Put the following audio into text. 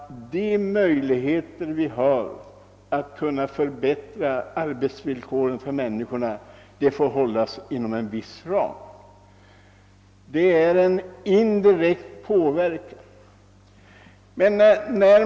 De har talat om att kraven på förbättrade arbetsvillkor för människorna bör hållas inom en viss ram, och detta är ju en indirekt påverkan.